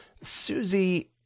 Susie